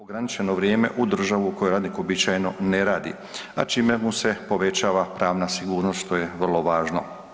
ograničeno vrijeme u državu u kojoj radnik uobičajeno ne radi, a čime mu se povećava pravna sigurnost što je vrlo važno.